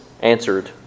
answered